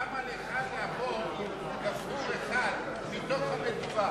למה לך לבוא עם גפרור אחד מתוך המדורה?